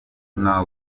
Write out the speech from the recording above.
nta